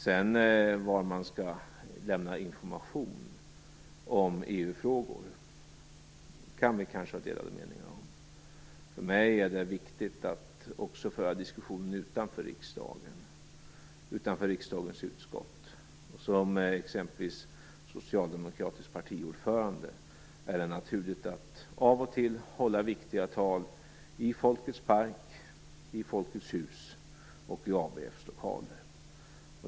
Sedan kan vi kanske ha delade meningar om var man skall lämna information om EU-frågor. För mig är det viktigt att föra diskussionen även utanför riksdagen och riksdagens utskott. För mig som socialdemokratisk partiordförande är det naturligt att av och till hålla viktiga tal - i Folkets park, i Folkets hus och i ABF:s lokaler.